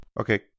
Okay